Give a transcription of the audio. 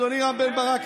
אדוני רם בן ברק,